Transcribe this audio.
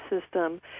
system